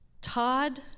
Todd